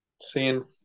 seeing